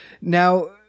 Now